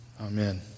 amen